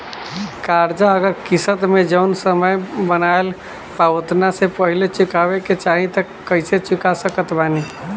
कर्जा अगर किश्त मे जऊन समय बनहाएल बा ओतना से पहिले चुकावे के चाहीं त कइसे चुका सकत बानी?